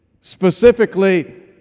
Specifically